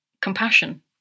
compassion